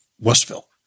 Westville